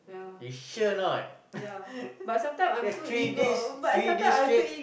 you sure or not that three days three days straight